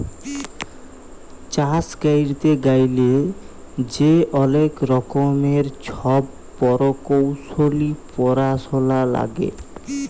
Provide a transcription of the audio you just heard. চাষ ক্যইরতে গ্যালে যে অলেক রকমের ছব পরকৌশলি পরাশলা লাগে